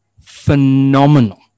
phenomenal